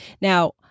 Now